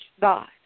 God